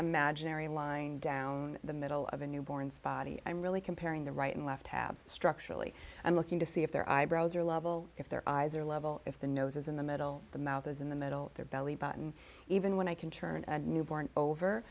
imaginary line down the middle of a newborn's body i'm really comparing the right and left tabs structurally i'm looking to see if their eyebrows are level if their eyes are level if the nose is in the middle the mouth is in the middle of their belly button even when i can turn a newborn over